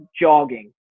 jogging